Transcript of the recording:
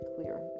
clear